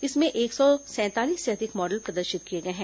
इसमें एक सौ सैंतालीस से अधिक मॉडल प्रदर्शित किए गए हैं